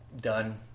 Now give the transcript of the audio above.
Done